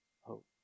hope